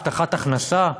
הבטחת הכנסה?